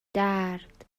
درد